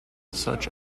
such